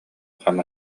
хам